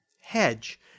hedge